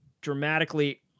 dramatically